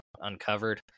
Uncovered